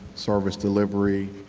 service delivery.